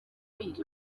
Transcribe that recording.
biga